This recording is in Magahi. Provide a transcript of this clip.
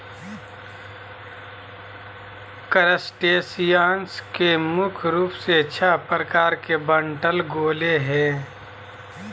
क्रस्टेशियंस के मुख्य रूप से छः प्रकार में बांटल गेले हें